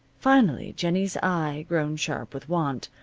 finally jennie's eye, grown sharp with want,